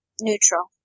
Neutral